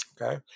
okay